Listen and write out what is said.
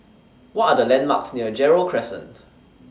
What Are The landmarks near Gerald Crescent